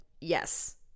yes